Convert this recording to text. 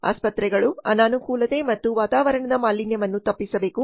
ಆಸ್ಪತ್ರೆಗಳು ಅನಾನುಕೂಲತೆ ಮತ್ತು ವಾತಾವರಣದ ಮಾಲಿನ್ಯವನ್ನು ತಪ್ಪಿಸಬೇಕು